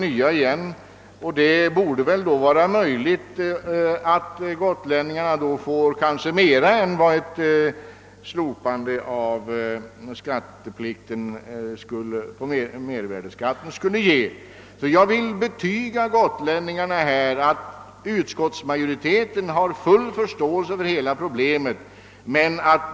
På det sättet borde det vara möjligt att ge gotlänningarna mera än vad ett slopande av mervärdeskatten på biltransporterna skulle innebära. Jag vill betyga gotlänningarna här att utskottsmajoriteten har full förståelse för deras problem.